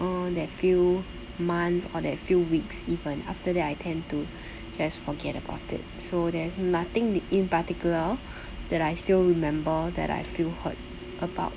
that few months or that few weeks even after that I tend to just forget about it so there's nothing in particular that I still remember that I feel hurt about